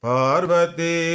Parvati